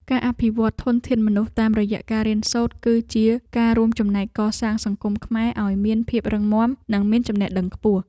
ការអភិវឌ្ឍធនធានមនុស្សតាមរយៈការរៀនសូត្រ គឺជាការរួមចំណែកកសាងសង្គមខ្មែរឱ្យមានភាពរឹងមាំនិងមានចំណេះដឹងខ្ពស់។